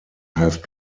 have